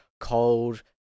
Cold